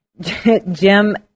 Jim